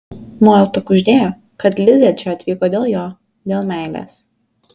nuojauta kuždėjo kad lizė čia atvyko dėl jo dėl meilės